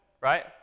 right